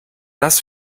das